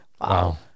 Wow